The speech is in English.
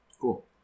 cool